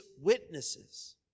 witnesses